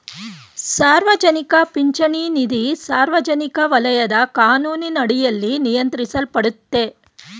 ಸಾರ್ವಜನಿಕ ಪಿಂಚಣಿ ನಿಧಿ ಸಾರ್ವಜನಿಕ ವಲಯದ ಕಾನೂನಿನಡಿಯಲ್ಲಿ ನಿಯಂತ್ರಿಸಲ್ಪಡುತ್ತೆ